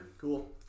Cool